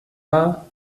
war